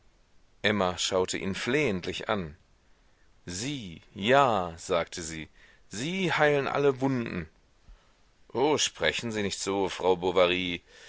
emma schaute ihn flehentlich an sie ja sagte sie sie heilen alle wunden oh sprechen sie nicht so frau